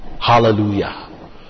Hallelujah